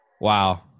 Wow